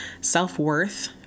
self-worth